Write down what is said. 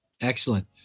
Excellent